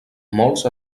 molts